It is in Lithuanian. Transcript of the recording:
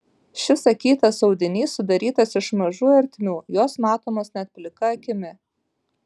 šis akytas audinys sudarytas iš mažų ertmių jos matomos net plika akimi